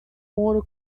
mortal